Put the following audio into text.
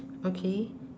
okay